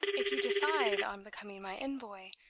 if you decide on becoming my envoy,